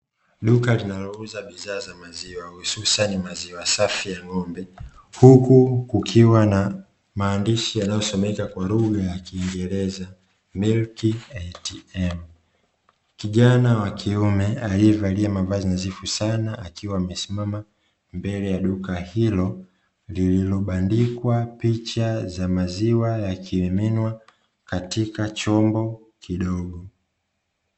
Duka linalouza bidhaa za maziwa hususani maziwa safi ya ng'ombe, huku kukiwa na maandishi yanayosomeka kwa lugha ya kiingereza "milk ATM". Kijana wa kiume aliyevalia mavazi nadhifu sana akiwa amesimama mbele ya duka ilo, lililobandikwa picha ya maziwa yakimiminwa katika chombo kidogo ndogo.